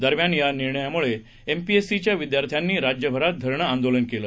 दरम्यान या निर्णयामुळे एमपीएससीच्या विद्यार्थ्यांनी राज्यभरात धरणं आंदोलन केलं